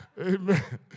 Amen